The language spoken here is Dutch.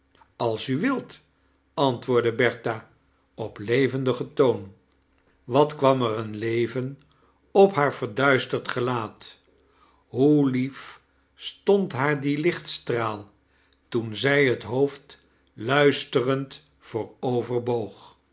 als vi wilt antwoordde bertha op levendigen toon wat kwam er een leveh op haar ve rduisterd gelaat hoe lief stond haar die lichtstraal toen zij het hoofd luisterend